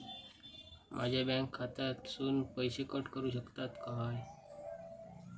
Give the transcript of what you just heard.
माझ्या बँक खात्यासून पैसे कट करुक शकतात काय?